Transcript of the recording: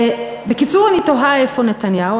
בקיצור, אני תוהה איפה נתניהו.